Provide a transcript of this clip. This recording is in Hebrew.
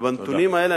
בנתונים האלה,